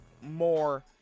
more